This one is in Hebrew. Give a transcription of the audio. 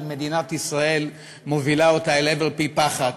מדינת ישראל מובילה אותה אל עבר פי-פחת,